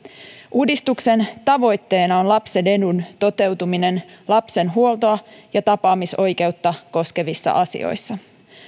uudistuksen tavoitteena on lapsen edun toteutuminen lapsen huoltoa ja tapaamisoikeutta koskevissa asioissa